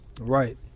Right